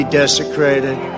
desecrated